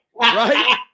right